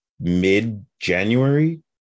mid-January